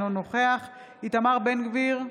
אינו נוכח איתמר בן גביר,